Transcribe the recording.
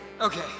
Okay